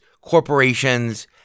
corporations